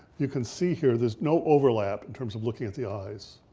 you can see here, there's no overlap in terms of looking at the eyes.